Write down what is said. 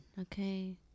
okay